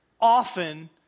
often